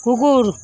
কুকুর